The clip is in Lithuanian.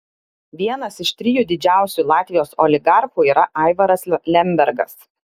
vienas iš trijų didžiausių latvijos oligarchų yra aivaras lembergas